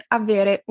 avere